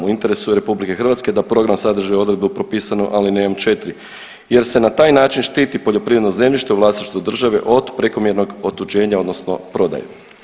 U interesu je RH da program sadržaja ... propisano alinejom 4 jer se na taj način štiti poljoprivredno zemljište u vlasništvu države od prekomjernog otuđenja odnosno prodaje.